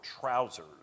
trousers